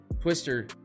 twister